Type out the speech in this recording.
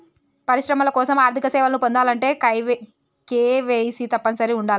పరిశ్రమల కోసం ఆర్థిక సేవలను పొందాలంటే కేవైసీ తప్పనిసరిగా ఉండాలే